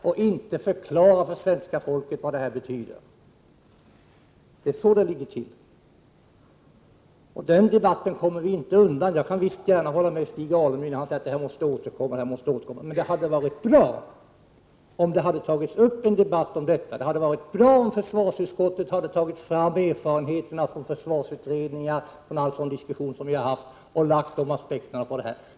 Ni har inte förklarat för svenska folket vad detta betyder. Så ligger det hela till. En debatt i dessa frågor kommer vi inte undan. Jag kan gärna hålla med Stig Alemyr om att man måste återkomma till dessa saker. Men det hade varit bra om det hade blivit en debatt i detta sammanhang. Det hade också varit bra om försvarsutskottet hade presenterat erfarenheterna från olika försvarsutredningar och från de diskussioner som vi har haft och sedan också anlagt aspekter på detta.